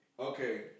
Okay